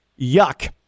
Yuck